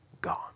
gone